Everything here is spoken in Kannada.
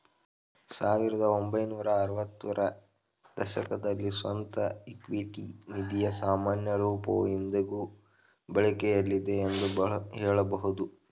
ಸಾವಿರದ ಒಂಬೈನೂರ ಆರವತ್ತ ರ ದಶಕದಲ್ಲಿ ಸ್ವಂತ ಇಕ್ವಿಟಿ ನಿಧಿಯ ಸಾಮಾನ್ಯ ರೂಪವು ಇಂದಿಗೂ ಬಳಕೆಯಲ್ಲಿದೆ ಎಂದು ಹೇಳಬಹುದು